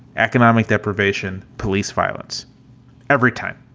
economic deprivation, police violence every time.